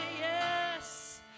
yes